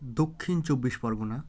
Dakshin Chabbish Pargana